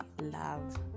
love